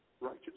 righteous